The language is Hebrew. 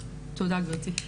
תודה גברתי.